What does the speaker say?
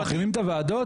הם מחרימים את הוועדות?